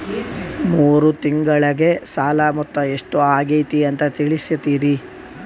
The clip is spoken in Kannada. ಮೂರು ತಿಂಗಳಗೆ ಸಾಲ ಮೊತ್ತ ಎಷ್ಟು ಆಗೈತಿ ಅಂತ ತಿಳಸತಿರಿ?